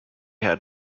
had